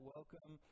Welcome